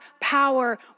power